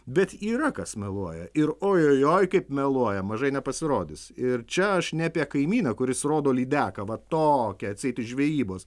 bet yra kas meluoja ir ojojoj kaip meluoja mažai nepasirodys ir čia aš ne apie kaimyną kuris rodo lydeką va tokią atseit iš žvejybos